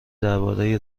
درباره